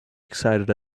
excited